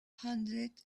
hundred